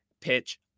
pitch